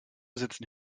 sitzen